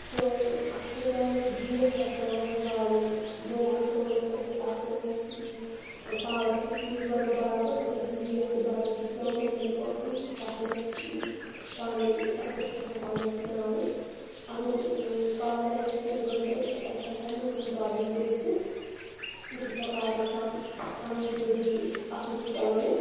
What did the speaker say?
سٲنۍ اَسہِ چھُ پَتہٕ پٮ۪وان گیس چھُ اَسہِ پٮ۪وان پَتہٕ زالُن بٔلۍ ہنٛگتہٕ منٛگَس پٮ۪ٹھٕے اَکھ پٮ۪وان پاورَس تہِ فیٖس بَرُن بَرابَر ہُتہِ آسان گیس تہِ بَرُن سُہ تہِ پٮ۪وان پنٛنٮ۪نٕے پونٛسَن سُہ تہِ چھُ آسان اَسہِ پانَے تَتھ پٮ۪ٹھ تہِ چھُ آسان پانَے بَناوُن اَگر نہٕ پاوَر آسہِ ہا اَسہِ ژوٚوُہ گَنٹہٕ أسۍ اَسہِ ہٮ۪کہِ ہَنہٕ کٕہۭنۍ پرٛابلِم تہِ گٔژھِتھ أسۍ ہٮ۪کہِ ہاو آرام سان پَنٕنۍ زندگی اَصٕل پٲٹھۍ چَلٲیِتھ